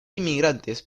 inmigrantes